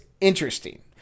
interesting